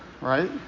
right